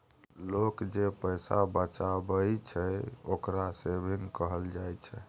लोक जे पैसा बचाबइ छइ, ओकरा सेविंग कहल जाइ छइ